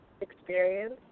experience